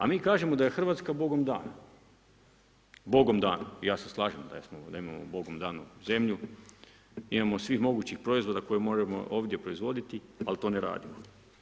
A mi kažemo da je Hrvatska Bogom dana, Bogom dana i ja se slažem da imamo Bogom danu zemlju, imamo svih mogućih proizvoda, koje možemo ovdje proizvoditi, ali to ne radimo.